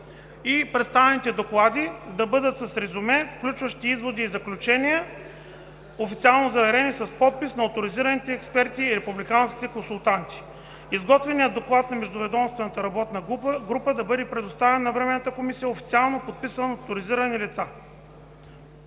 и представените доклади да бъдат с резюме, включващо изводи и заключения, официално заверени с подпис на оторизираните експерти и републиканските консултанти. Изготвеният доклад на междуведомствената работна група да бъде предоставен на Временната комисия официално, подписан от оторизирани лица.“